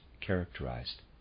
characterized